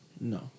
No